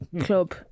club